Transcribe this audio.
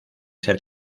ser